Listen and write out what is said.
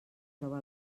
troba